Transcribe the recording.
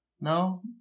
no